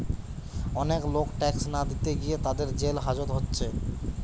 অনেক লোক ট্যাক্স না দিতে গিয়ে তাদের জেল হাজত হচ্ছে